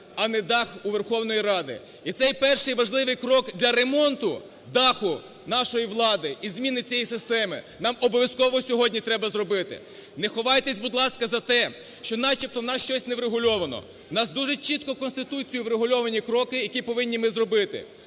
а не дах у Верховній Раді. І цей перший важливий крок для ремонту даху нашої влади і зміни цієї системи, нам обов'язково сьогодні треба зробити. Не ховайтеся, будь ласка, за те, що начебто у нас щось не врегульовано, у нас дуже чітко Конституцією врегульовані кроки, які повинні ми зробити.